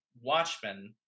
Watchmen